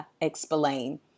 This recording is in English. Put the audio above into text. explain